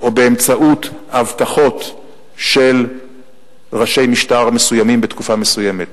או באמצעות הבטחות של ראשי משטר מסוימים בתקופה מסוימת.